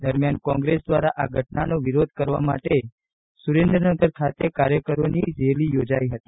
દરમ્યાન કોંગ્રેસ દ્વારા આ ઘટનાનો વિરોધ કરવા માટે સુરેન્દ્રનગર ખાતે કાર્યકરોની રેલી યોજાઇ હતી